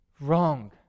Wrong